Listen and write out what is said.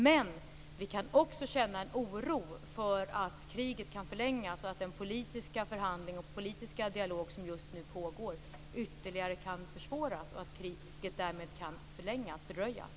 Men vi kan också känna en oro för att kriget kan förlängas, att den politiska förhandling och dialog som just nu pågår ytterligare kan försvåras och att kriget därmed kan förlängas.